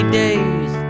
days